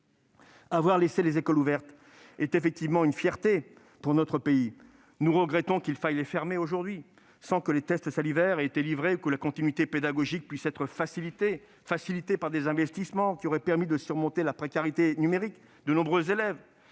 Avoir laissé les écoles ouvertes est effectivement une fierté pour notre pays. Nous regrettons qu'il faille les fermer aujourd'hui, sans que les tests salivaires aient été livrés ou que la continuité pédagogique ait pu être facilitée par des investissements qui auraient permis de surmonter la précarité numérique de nombreux élèves.